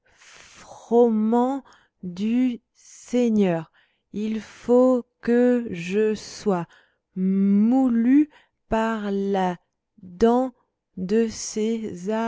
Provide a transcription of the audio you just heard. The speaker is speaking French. ment du seigneur il faut que je sois mou lu par la dent de ces